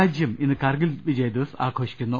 രാജ്യം ഇന്ന് കർഗിൽ വിജയ് ദിവസ് ആഘോഷിക്കുന്നു